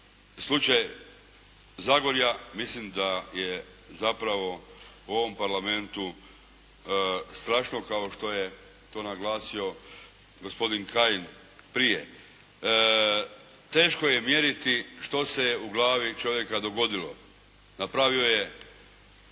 slučaj Zagorja mislim da je zapravo u ovom Parlamentu strašno kao što je to naglasio gospodin Kajin prije. Teško je mjeriti što se u glavi čovjeka dogodilo. Napravio je